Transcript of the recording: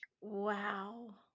Wow